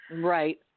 Right